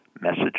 Message